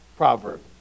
proverb